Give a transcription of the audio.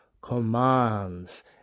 commands